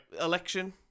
Election